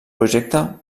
projecte